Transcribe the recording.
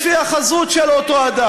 הוא יחליט לפי החזות של אותו אדם.